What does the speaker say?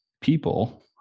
people